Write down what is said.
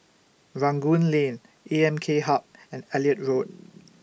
Rangoon Lane A M K Hub and Elliot Road